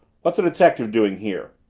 what's a detective doing here?